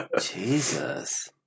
Jesus